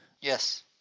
Yes